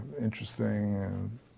interesting